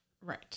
Right